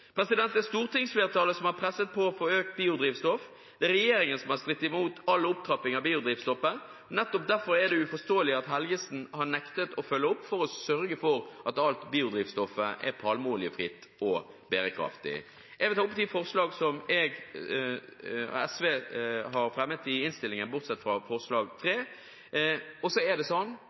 Det er stortingsflertallet som har presset på for økt bruk av biodrivstoff, det er regjeringen som har strittet imot all opptrappingen av biodrivstoffet. Nettopp derfor er det uforståelig at Helgesen har nektet å følge opp for å sørge for at alt biodrivstoffet er palmeoljefritt og bærekraftig. Jeg vil ta opp forslag nr. 4, som SV og Miljøpartiet De Grønne har fremmet i innstillingen.